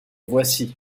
voici